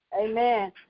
Amen